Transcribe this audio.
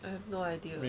I have no idea